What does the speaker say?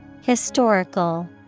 Historical